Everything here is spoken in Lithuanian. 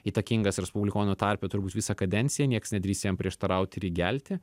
įtakingas respublikonų tarpe turbūt visą kadenciją nieks nedrįs jam prieštaraut ir įgelti